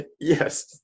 Yes